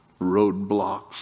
roadblocks